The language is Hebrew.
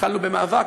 התחלנו במאבק,